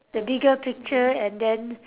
the bigger picture and then